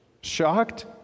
Shocked